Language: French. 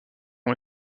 ont